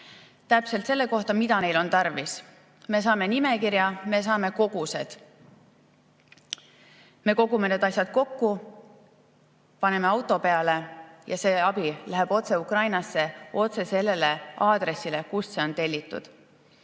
täpne info selle kohta, mida neil on tarvis. Me saame nimekirja, me saame kogused. Me kogume need asjad kokku, paneme auto peale ja see abi läheb otse Ukrainasse otse sellele aadressile, kust see on tellitud.